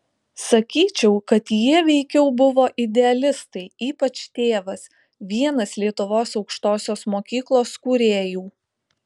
sakyčiau kad jie veikiau buvo idealistai ypač tėvas vienas lietuvos aukštosios mokyklos kūrėjų